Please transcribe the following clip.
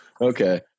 okay